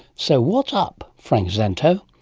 so what's up, frank szanto?